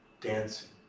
dancing